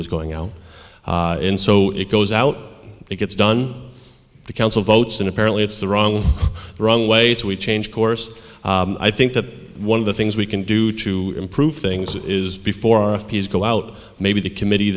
was going out and so it goes out it gets done the council votes and apparently it's the wrong runway so we change course i think that one of the things we can do to improve things is before a piece go out maybe the committee